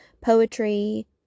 poetry